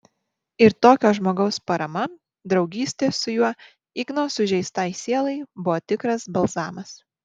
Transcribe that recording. ir tokio žmogaus parama draugystė su juo igno sužeistai sielai buvo tikras balzamas